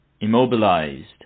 immobilized